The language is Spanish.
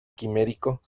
quimérico